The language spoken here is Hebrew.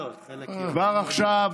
כבר עכשיו,